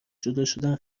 جداشدن